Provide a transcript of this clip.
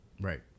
Right